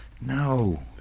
No